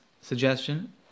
suggestion